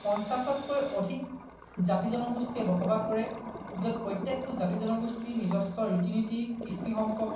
পঞ্চাছতকৈও অধিক জাতি জনগোষ্ঠীয়ে বসবাস কৰে য'ত প্ৰত্যেকটো জাতি জনগোষ্ঠীৰ নিজস্ব ৰীতি নীতি কৃষ্টি সম্পৰ্ক